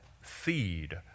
feed